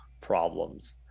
problems